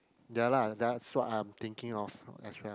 ya lah that's what I'm thinking of as well